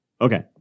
Okay